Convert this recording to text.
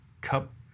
cup